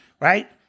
right